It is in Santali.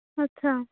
ᱟᱪᱪᱷᱟ